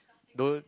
don't